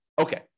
Okay